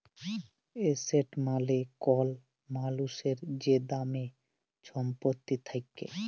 asset মালে কল মালুসের যে দামি ছম্পত্তি থ্যাকে